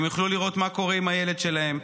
הם יוכלו לראות מה קורה עם הילד שלהם,